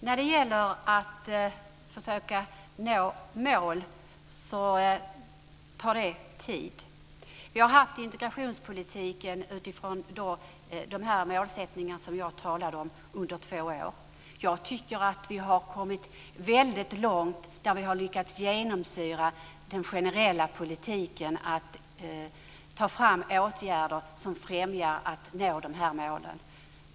Herr talman! Att försöka nå mål tar tid. Vi har i två år haft en integrationspolitik utifrån de målsättningar som jag talat om. Jag tycker att vi har kommit väldigt långt och att vi har lyckats genomsyra den generella politiken med detta. Det handlar då om att ta fram åtgärder som främjar våra möjligheter att nå de här målen.